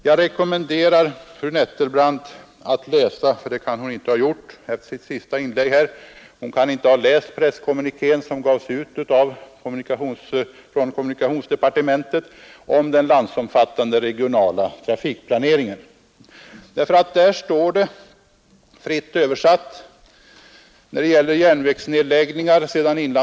Jag rekommenderar fru Nettelbrandt att läsa — det kan hon att döma av hennes senaste inlägg här inte ha gjort — den presskommuniké som gavs ut från kommunikationsdepartementet om den landsomfattande regionala trafikplaneringen, Där hade inlandsbanan tagits som exempel när det gäller järnvägsnedläggningar.